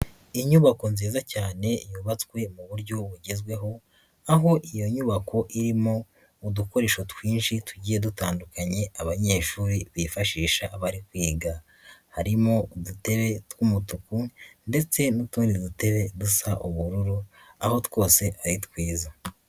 inyubako nziza cyane yubatswe mu buryo bugezweho aho iyo nyubako irimo udukoresho twinshi tugiye dutandukanye abanyeshuri bifashisha aba kwiga, harimo udute tw'umutuku ndetse n'utundi dutere dusa ubururu aho twose ari twiza.